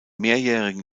mehrjährigen